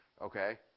okay